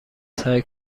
سعی